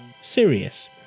Sirius